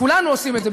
כולנו עושים את זה,